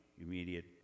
immediate